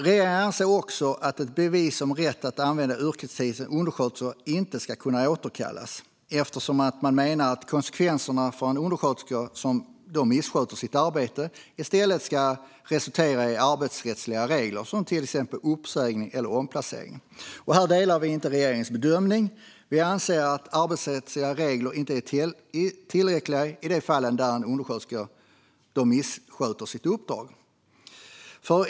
Regeringen anser också att ett bevis om rätt att använda yrkestiteln undersköterska inte ska kunna återkallas. Man menar att konsekvenserna för en undersköterska som missköter sitt arbete i stället ska resultera i arbetsrättsliga åtgärder som till exempel uppsägning eller omplacering. Här delar vi inte regeringens bedömning. Vi anser att arbetsrättsliga regler inte är tillräckliga i de fall där en undersköterska missköter sitt uppdrag.